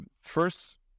First